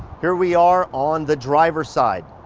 here we are on the driver's side.